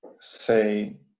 say